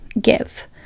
give